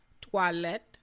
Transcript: toilet